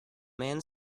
man